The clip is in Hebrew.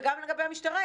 וגם לגבי המשטרה,